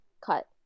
cut